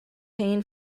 pain